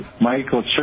Michael